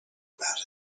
about